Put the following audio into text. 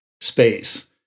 space